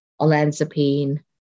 olanzapine